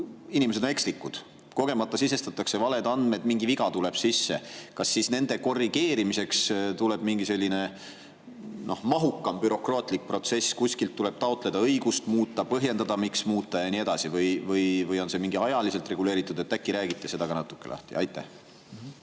inimesed on ekslikud: kogemata sisestatakse valed andmed, mingi viga tuleb sisse. Kas nende korrigeerimiseks tuleb siis [läbida] mingi mahukas bürokraatlik protsess, et kuskilt tuleb taotleda õigust muuta, põhjendada, miks muuta, ja nii edasi? Või on see ajaliselt reguleeritud? Äkki räägite sellest natuke? Aitäh!